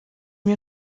mir